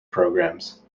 programs